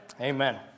Amen